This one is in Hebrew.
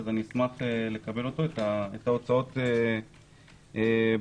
אשמח לקבל אותו, את ההוצאות באחוזים.